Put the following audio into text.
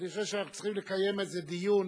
אני חושב שאנחנו צריכים לקיים על זה דיון